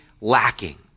lacking